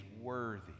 worthy